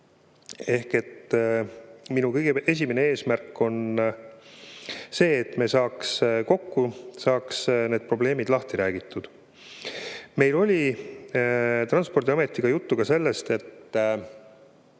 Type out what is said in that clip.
Minu kõige esimene eesmärk on see, et me saaks kokku ja saaks need probleemid lahti räägitud. Meil oli Transpordiametiga juttu ka sellest, et